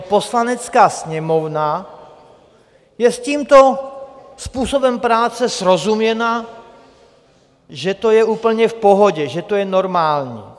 Poslanecká sněmovna je s tímto způsobem práce srozuměna, že to je úplně v pohodě, že to je normální.